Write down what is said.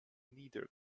neither